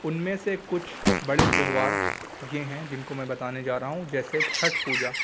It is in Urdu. ان میں سے کچھ بڑے تہوار یہ ہیں جن کو میں بتانے جا رہا ہوں جیسے چھٹھ پوجا